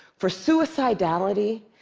for suicidality,